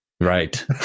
Right